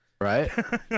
Right